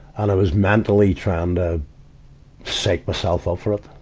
and i was mentally trying to psyche myself up for it.